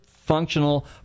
functional